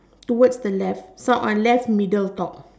towards the left unless left middle top